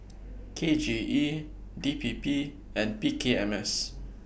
K J E D P P and P K M S